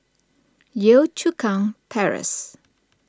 Yio Chu Kang Terrace